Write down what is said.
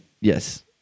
yes